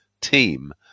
team